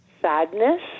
sadness